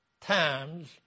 times